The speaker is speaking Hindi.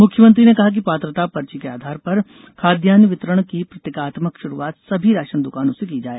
मुख्यमंत्री ने कहा कि पात्रता पर्ची के आधार पर खाद्यान्न वितरण की प्रतीकात्मक शुरुआत सभी राशन दुकानों से की जाए